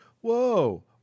Whoa